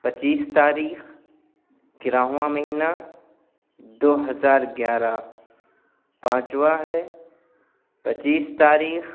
پچیس تاریخ گیارہواں مہینہ دو ہزار گیارہ پانچوا ہے پچیس تاریخ